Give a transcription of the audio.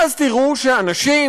ואז תראו שאנשים,